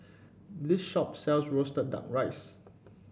this shop sells roasted duck rice